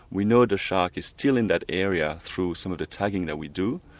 we know the shark is still in that area through some of the tagging that we do,